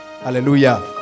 Hallelujah